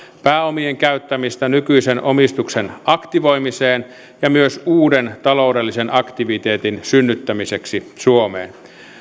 pääomien käyttämistä nykyisen omistuksen aktivoimiseen ja myös uuden taloudellisen aktiviteetin synnyttämiseksi suomeen